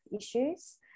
issues